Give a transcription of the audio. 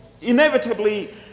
inevitably